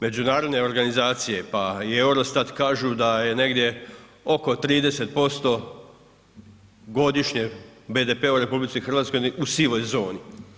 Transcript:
Međunarodne organizacije, pa i Eurostat kažu da je negdje oko 30% godišnje BDP-a u RH u sivoj zoni.